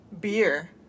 beer